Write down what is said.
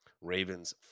Ravens